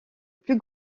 plus